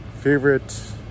favorite